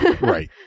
right